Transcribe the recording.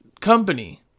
company